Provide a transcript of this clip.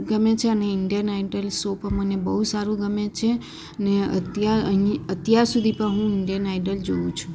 ગમે છે અને ઇન્ડિયન આઇડલ સો તો મને બહુ સારું ગમે છે અને અત્યા અહીં અત્યાર સુધી પણ હું ઇન્ડિયન આઇડલ જોઉં છું